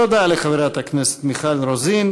תודה לחברת הכנסת מיכל רוזין.